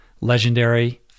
legendary